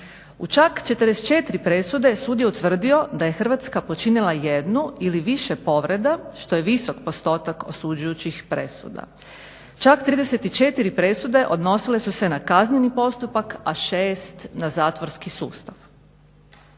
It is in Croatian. U čak 44 presude sud je utvrdio da je Hrvatska počinila jednu ili više povreda što je visok postotak osuđujućih presuda. Čak 34 presude odnosile su se na kazneni postupak a 6 na zatvorski sustav.